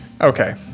okay